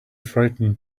frightened